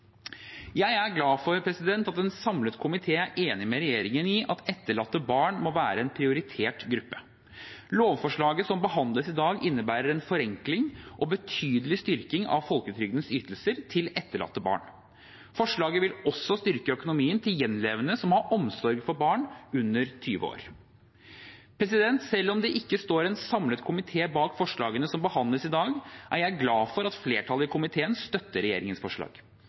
Jeg er glad for at en samlet komité er enig med regjeringen i at etterlatte barn må være en prioritert gruppe. Lovforslaget som behandles i dag, innebærer en forenkling og betydelig styrking av folketrygdens ytelser til etterlatte barn. Forslaget vil også styrke økonomien til gjenlevende som har omsorg for barn under 20 år. Selv om det ikke står en samlet komité bak forslagene som behandles i dag, er jeg glad for at flertallet i komiteen støtter regjeringens forslag.